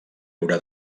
haurà